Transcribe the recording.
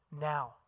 Now